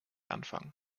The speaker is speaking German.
anfangen